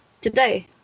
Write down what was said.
Today